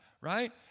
Right